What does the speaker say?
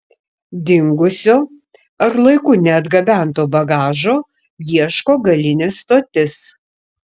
dingusio ar laiku neatgabento bagažo ieško galinė stotis